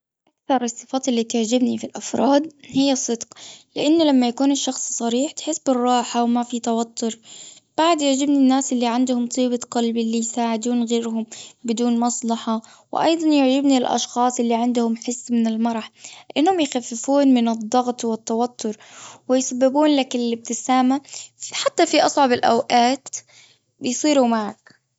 أكثر الصفات اللي تعجبني في الأفراد هي الصدق لأن لما يكون الشخص صريح تحس بالراحة وما في توتر بعد يعجبني الناس اللي عندهم طيبة قلب اللي يساعدون غيرهم بدون مصلحة وأيضا يعجبني الأشخاص اللي عندهم حس من المرح أنهم يخففون من الضغط والتوتر ويسببولك الأبتسامة حتى في أصعب الأوقات بيصيروا معك.